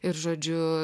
ir žodžiu